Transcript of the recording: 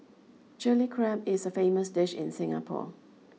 Chilli Crab is a famous dish in Singapore